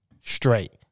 straight